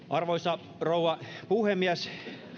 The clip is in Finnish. arvoisa rouva puhemies